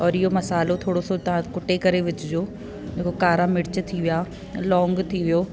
ओर इहो मसालो थोरो सो तव्हां कुटे करे विझिजो जेको कारा मिर्च थी विया लोंग थी वियो